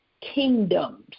kingdoms